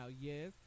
yes